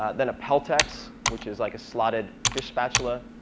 ah then a peltex, which is like a slotted fish spatula.